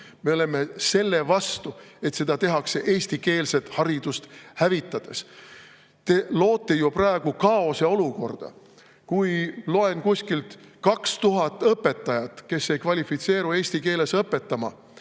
Me oleme selle vastu, et seda tehakse eestikeelset haridust hävitades. Te loote ju praegu kaose olukorda. Loen kuskilt, et 2000 õpetajat, kes ei kvalifitseeru eesti keeles õpetama,